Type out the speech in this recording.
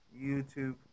YouTube